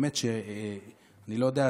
אני באמת לא יודע,